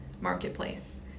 marketplace